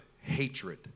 hatred